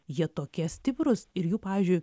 jie tokie stiprūs ir jų pavyzdžiui